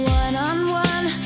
one-on-one